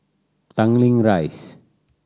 Tanglin Rise